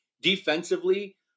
Defensively